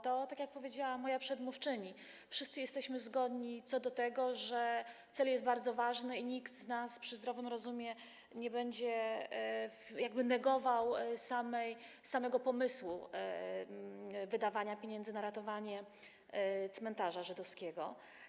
Tak jak powiedziała moja przedmówczyni, wszyscy jesteśmy zgodni co do tego, że cel jest bardzo ważny i nikt z nas przy zdrowym rozumie nie będzie negował samego pomysłu wydawania pieniędzy na ratowanie cmentarza żydowskiego.